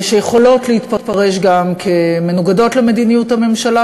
שיכולות להתפרש גם כמנוגדות למדיניות הממשלה,